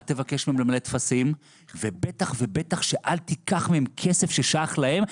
אל תבקש מהם למלא טפסים ובטח ובטח שאל תיקח מהם כסף ששייך להם.